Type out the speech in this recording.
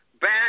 Back